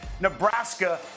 Nebraska